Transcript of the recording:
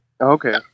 Okay